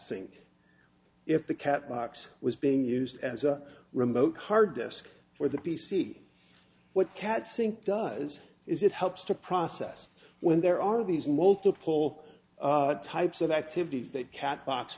sing if the cat box was being used as a remote hard disk for the p c what cad sync does is it helps to process when there are these multiple types of activities that catbox